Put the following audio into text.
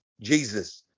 Jesus